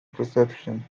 perception